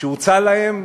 שהוצע להם.